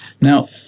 Now